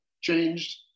changed